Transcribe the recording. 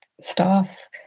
staff